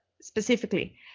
specifically